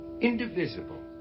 indivisible